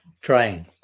trying